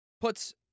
Puts